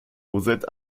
rosette